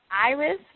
Iris